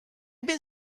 ben